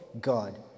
God